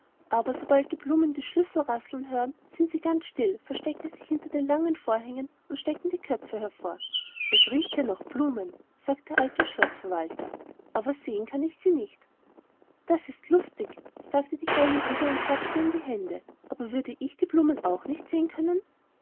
aber sobald die blumen die schlüssel rasseln hören sind sie ganz still verstecken sich hinter den langen vorhängen und stecken den kopf hervor es riecht hier nach blumen sagt der alte schloßverwalter aber sehen kann er sie nicht das ist lustig sagte die kleine ida und klatschte in die hände aber würde ich die blumen auch nicht sehen können